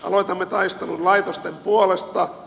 aloitamme taistelun laitosten puolesta